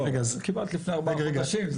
קיבלת לפני ארבעה חודשים,